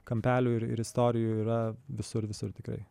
kampelių ir istorijų yra visur visur tikrai